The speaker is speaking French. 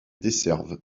desservent